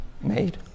made